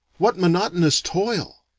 what monotonous toil!